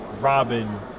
Robin